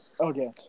Okay